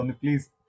please